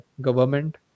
government